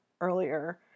earlier